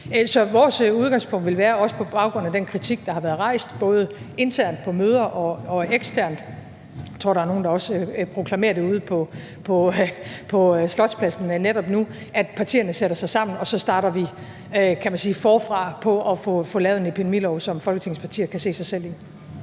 Så vores udgangspunkt vil være, også på baggrund af den kritik, der har været rejst, både internt på møder og eksternt – jeg tror, der også er nogle, der proklamerer det ude på Slotspladsen netop nu – at partierne sætter sig sammen, og så starter vi, kan man sige, forfra på at få lavet en epidemilov, som Folketingets partier kan se sig selv i.